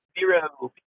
Zero